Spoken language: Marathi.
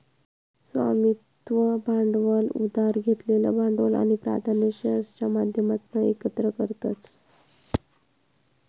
स्वामित्व भांडवल उधार घेतलेलं भांडवल आणि प्राधान्य शेअर्सच्या माध्यमातना एकत्र करतत